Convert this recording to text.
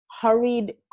hurried